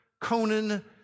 Conan